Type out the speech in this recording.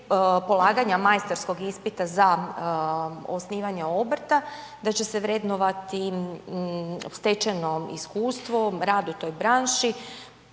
polaganja majstorskog ispita za osnivanje obrta, da će se vrednovati stečeno iskustvo, rad u toj branši.